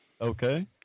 Okay